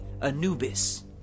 Anubis